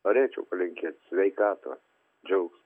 norėčiau palinkėt sveikatos džiaugs